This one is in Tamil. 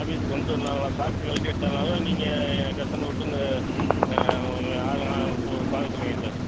ஆஃபீஸ் கொண்டு வரலாங்களா பாக்ஸு கழட்டி எடுத்துடலாமா நீங்கள் கஸ்டமரை விட்டு இங்கே இப்போ பார்க்க சொல்லுங்கள் சார்